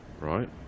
Right